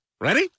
Ready